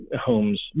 homes